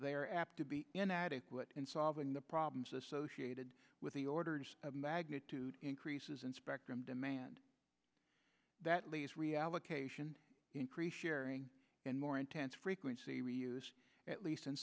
are apt to be inadequate in solving the problems associated with the order of magnitude increases in spectrum demand that leads reallocation increase sharing and more intense frequency reuse at least in